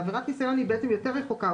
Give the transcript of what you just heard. ועבירת ניסיון היא בעצם יותר רחוקה.